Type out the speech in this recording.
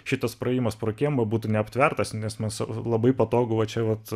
šitas praėjimas pro kiemą būtų neaptvertas nes mūsų labai patogu va čia vat